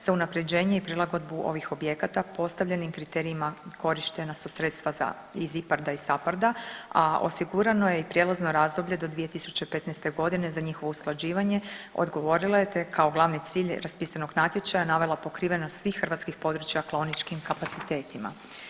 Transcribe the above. Za unapređenje i prilagodbu ovih objekata, postavljenim kriterijima korištena su sredstva iz IPARD-a i SAPARD-a a osigurano je i prijelazno razdoblje do 2015. godine za njihovo usklađivanje, odgovorilo je te je kao glavni cilj raspisanog natječaja navela pokrivenost svih hrvatskih područja klaoničkim kapacitetima.